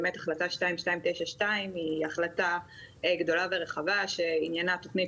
החלטה 2292 היא החלטה גדולה ורחבה שעניינה תכנית